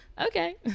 okay